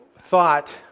thought